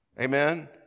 Amen